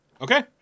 okay